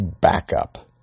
backup